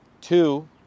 Two